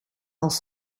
als